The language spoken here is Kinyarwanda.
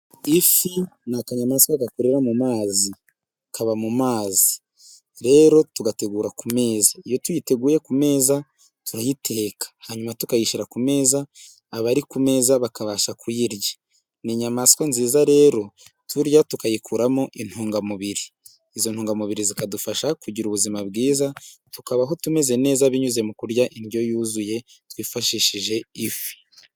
Ifi ni akanyamaswa gakurira mu mazi, kaba mu mazi. Rero, tugategura ku meza; iyo tuyiteguye ku meza, turayiteka, hanyuma tukayishyira ku meza. Abari ku meza bakabasha kuyirya. Ni inyamaswa nziza rero, turya tukayikuramo intungamubiri. Izo ntungamubiri zikadufasha kugira ubuzima bwiza, tukabaho tumeze neza binyuze mu kurya indyo yuzuye twifashishije ifi.